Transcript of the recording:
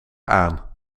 aan